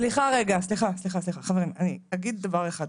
סליחה רגע, סליחה חברים, אני אגיד דבר אחד.